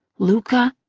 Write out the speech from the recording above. luca.